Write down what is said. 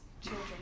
children